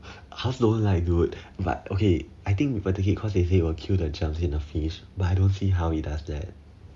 dude but okay I think they take it cause they say will kill the germs in the fish but I don't see how it does that